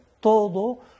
todo